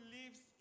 lives